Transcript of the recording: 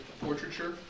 Portraiture